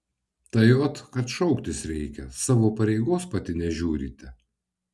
tai ot kad šauktis reikia savo pareigos pati nežiūrite